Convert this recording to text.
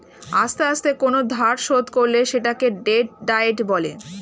আস্তে আস্তে কোন ধার শোধ করলে সেটাকে ডেট ডায়েট বলে